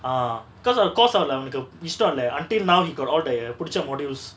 uh because of the course அதுல அவனுக்கு இஸ்டோ இல்ல:athula avanukku isto illa until now he got all there புடிச்ச:pudicha modules